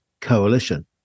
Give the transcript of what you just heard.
coalition